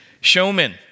showman